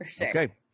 Okay